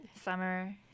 summer